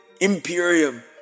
Imperium